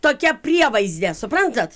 tokia prievaizde suprantat